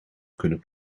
kunnen